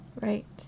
Right